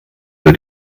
wird